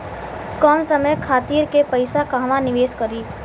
कम समय खातिर के पैसा कहवा निवेश करि?